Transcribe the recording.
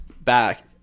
back